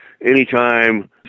Anytime